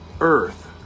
Earth